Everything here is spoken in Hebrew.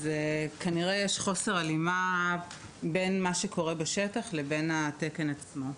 כנראה שיש חוסר הלימה בין מה שקורה בשטח לבין התקן עצמו.